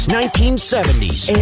1970s